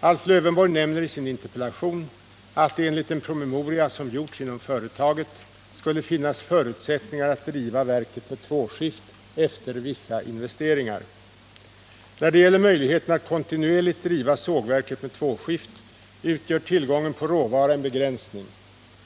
Alf Lövenborg nämner i sin interpellation att det enligt en promemoria, som gjorts inom företaget, skulle finnas förutsättningar att driva verket med tvåskift efter vissa investeringar. När det gäller möjligheten att kontinuerligt driva sågverket med tvåskift utgör tillgången på råvara en begränsning.